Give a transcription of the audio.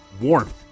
Warmth